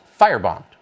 firebombed